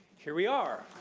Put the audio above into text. here we are.